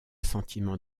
sentiment